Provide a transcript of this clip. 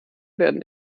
werden